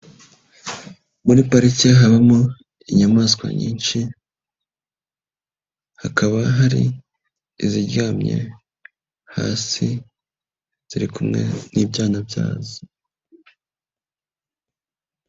Muri parike habamo inyamaswa nyinshi, hakaba hari, iziryamye hasi, ziri kumwe n'ibyana byazo.